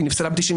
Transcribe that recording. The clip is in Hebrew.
היא נפסלה ב-91'.